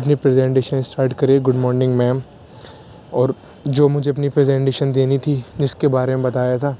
اپنی presentation start کری good morning ma'am اور جو مجھے اپنی پریزنٹیشن دینی تھی جس کے بارے میں بتایا تھا